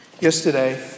Yesterday